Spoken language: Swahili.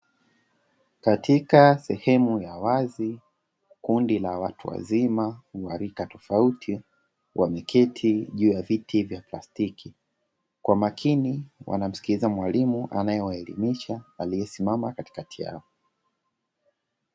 Katika sehemu ya wazi, kundi la watu wazima wa rika tofauti wameketi juu ya viti vya plastiki, kwa makini wanamsikiliza mwalimu anayewaelimisha aliyesimama katikati yao.